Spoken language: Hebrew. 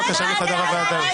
צא בבקשה מחדר הוועדה.